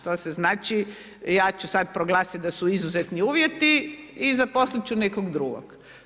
To se znači, ja ću sada proglasiti da su izuzetni uvjeti i zaposliti ću nekog drugog.